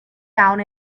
down